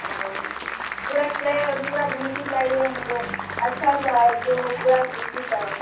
और पूरा क्रेप पूरा धोती चाहिए हमको अच्छा सा जो पूरा सूती का हो